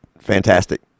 fantastic